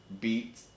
beat